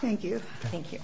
thank you thank you